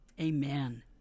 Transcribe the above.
Amen